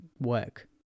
work